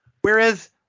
Whereas